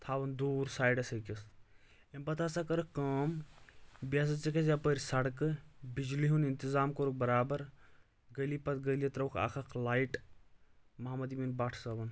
تَھاوان دوٗر سایڈَس أکِس اَمہِ پَتہٕ ہَسا کٔرٕکھ کٲم بیٚیہِ ہَسا دِژٕکھ اَسہِ یَپٲرۍ سڑکہٕ بجلی ہُنٛد انتظام کوٚرُکھ برابر گلی پَتہٕ گلی ترٛٲوٕکھ اَکھ اَکھ لایٹ محمد امیٖن بٹ صٲبن